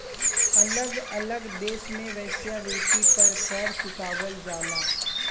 अलग अलग देश में वेश्यावृत्ति पर कर चुकावल जाला